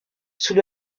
sous